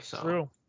True